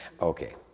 Okay